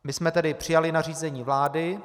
My jsme tedy přijali nařízení vlády.